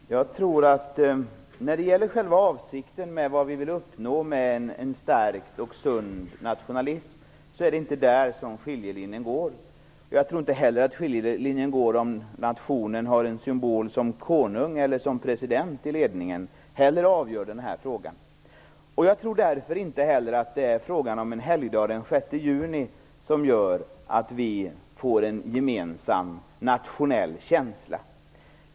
Fru talman! Jag tror inte att vi skiljer oss åt när det gäller avsikten och vad vi vill uppnå med en stark och sund nationalism. Jag tror inte heller att skiljelinjen mellan oss går i om nationen har en kung eller president som symbol i ledningen. Därför tror jag inte heller att det är frågan om en helgdag den 6 juni som gör att vi får en gemensam nationell känsla.